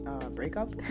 Breakup